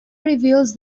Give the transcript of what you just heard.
reveals